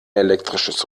elektrisches